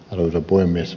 arvoisa puhemies